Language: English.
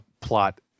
plot